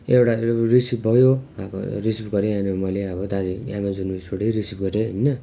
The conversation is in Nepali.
एउटा रिसिभ भयो अब रिसिभ गरेँ यहाँनिर मैले अब दार्जिलिङ एमाजोन उयेसबाट रिसिभ गरेँ होइन